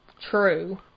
true